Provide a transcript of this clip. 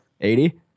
80